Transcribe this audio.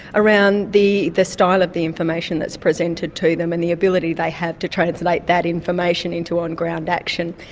around the the style of the information that's presented to them and the ability they have to translate that information into on-ground action,